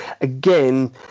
again